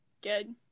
good